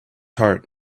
heart